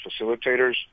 facilitators